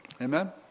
Amen